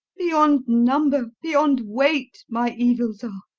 beyond number, beyond weight my evils are!